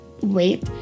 wait